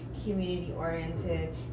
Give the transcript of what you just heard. community-oriented